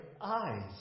eyes